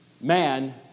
Man